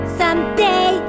someday